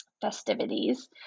festivities